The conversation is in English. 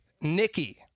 Nikki